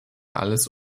alles